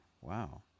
Wow